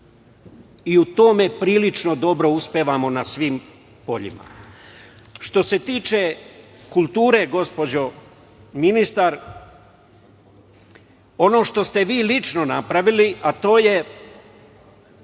i u tome prilično dobro uspevamo na svim poljima. Što se tiče kulture, gospođo ministar, ono što ste vi lično napravili, a to je